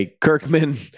Kirkman